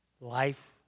life